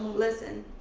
listen,